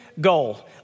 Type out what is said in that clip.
goal